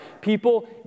People